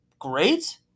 great